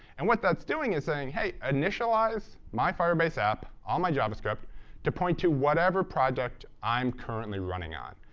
and what that's doing is saying, hey, initialize my firebase app on my javascript to point to whatever project i'm currently running on.